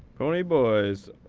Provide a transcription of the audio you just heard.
pony boys.